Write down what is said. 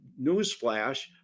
newsflash